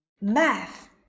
Math